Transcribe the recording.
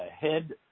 head